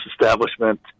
establishment